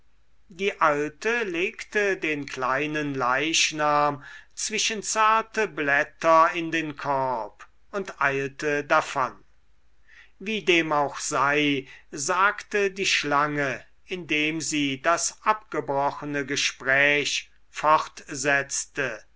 die alte legte den kleinen leichnam zwischen zarte blätter in den korb und eilte davon wie dem auch sei sagte die schlange indem sie das abgebrochene gespräch fortsetzte